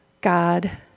God